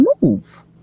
move